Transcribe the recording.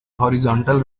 horizontal